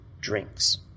drinks